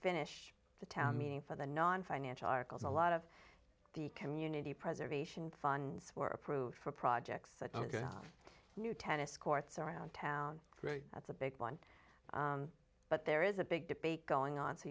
finished the town meeting for the nonfinancial arkell's a lot of the community preservation funds were approved for projects such as new tennis courts around town that's a big one but there is a big debate going on so